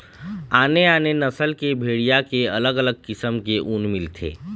आने आने नसल के भेड़िया के अलग अलग किसम के ऊन मिलथे